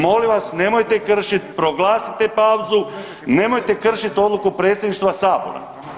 Molim vas, nemojte kršiti, proglasite pauzu, nemojte kršiti odluku Predsjedništva Sabora.